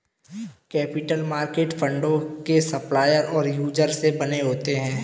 capital market फंडों के supplier और यूजर से बने होते हैं